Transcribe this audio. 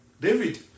david